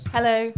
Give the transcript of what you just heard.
Hello